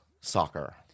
soccer